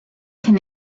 can